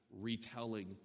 retelling